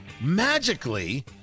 magically